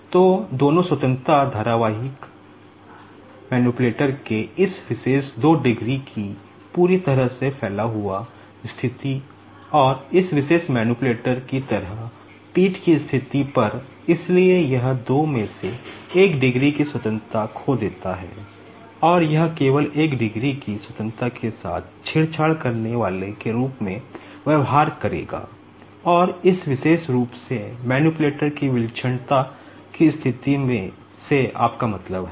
तो दोनों stretch condition की स्थिति से आपका मतलब है